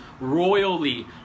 royally